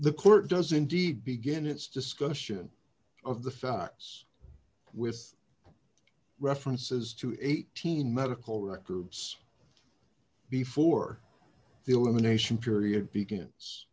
the court does indeed begin its discussion of the facts with references to eighteen medical records before the elimination period begins